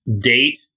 date